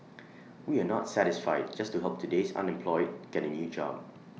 we are not satisfied just to help today's unemployed get A new job